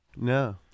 No